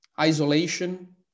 isolation